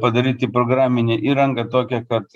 padaryti programinę įrangą tokią kad